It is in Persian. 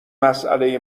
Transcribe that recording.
مساله